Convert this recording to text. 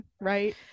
Right